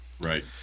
Right